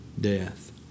death